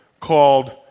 called